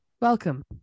Welcome